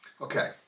Okay